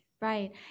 right